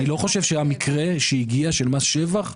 אני לא חושב שהיה מקרה שהגיע של מס שבח,